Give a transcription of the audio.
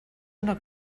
una